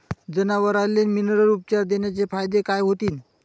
जनावराले मिनरल उपचार देण्याचे फायदे काय होतीन?